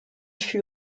fut